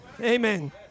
Amen